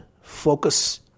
focus